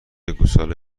گوساله